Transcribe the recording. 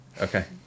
Okay